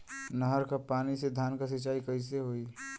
नहर क पानी से धान क सिंचाई कईसे होई?